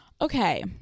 Okay